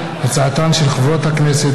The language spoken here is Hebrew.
חבריי חברי הכנסת,